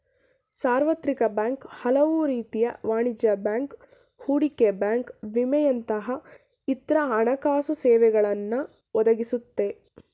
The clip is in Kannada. ಸಾರ್ವತ್ರಿಕ ಬ್ಯಾಂಕ್ ಹಲವುರೀತಿಯ ವಾಣಿಜ್ಯ ಬ್ಯಾಂಕ್, ಹೂಡಿಕೆ ಬ್ಯಾಂಕ್ ವಿಮೆಯಂತಹ ಇತ್ರ ಹಣಕಾಸುಸೇವೆಗಳನ್ನ ಒದಗಿಸುತ್ತೆ